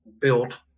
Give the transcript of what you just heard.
built